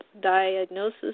diagnosis